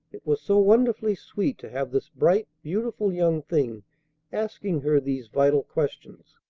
it was so wonderfully sweet to have this bright, beautiful young thing asking her these vital questions.